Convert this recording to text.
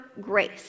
grace